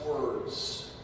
words